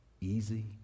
easy